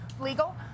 legal